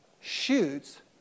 shoots